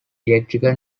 electrical